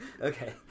Okay